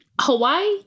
Hawaii